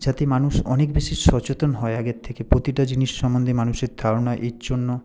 যাতে মানুষ অনেক বেশি সচেতন হয় আগের থেকে প্রতিটা জিনিস সম্বন্ধে মানুষের ধারণা এর জন্য